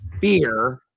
fear